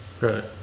right